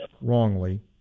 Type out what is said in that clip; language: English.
wrongly